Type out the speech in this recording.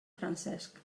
francesc